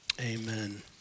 Amen